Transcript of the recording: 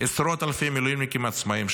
עשרות אלפי מילואימניקים עצמאים,